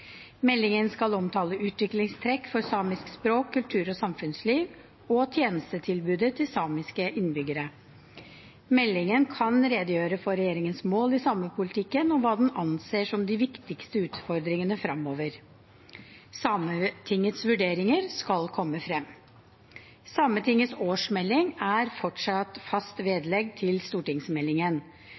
Meldingen skal omtale utviklingstrekk for samisk språk, kultur og samfunnsliv og tjenestetilbudet til samiske innbyggere. Meldingen kan redegjøre for regjeringens mål i samepolitikken og hva den anser som de viktigste utfordringene fremover. Sametingets vurderinger skal komme frem. Sametingets årsmelding er fortsatt fast vedlegg til stortingsmeldingen.